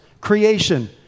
creation